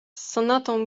sonatą